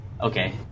okay